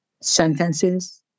sentences